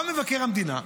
בא מבקר המדינה,